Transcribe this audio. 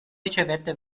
ricevette